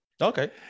Okay